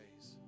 ways